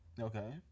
Okay